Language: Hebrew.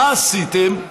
מה עשיתם?